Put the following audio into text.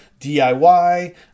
DIY